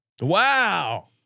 Wow